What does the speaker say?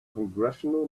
congressional